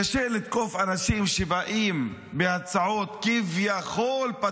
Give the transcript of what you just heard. קשה לתקוף אנשים שבאים בהצעות פטריוטיות כביכול.